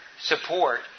support